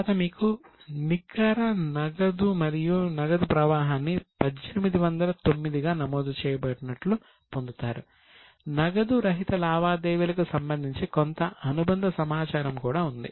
తరువాత మీరు నికర నగదు మరియు నగదు ప్రవాహాన్ని1809 గా నమోదు చేయబడినట్లు పొందుతారు నగదు రహిత లావాదేవీలకు సంబంధించి కొంత అనుబంధ సమాచారం కూడా ఉంది